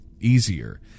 easier